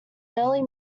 early